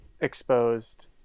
exposed